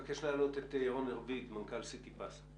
ירון רביד מנכ"ל סיטי פס,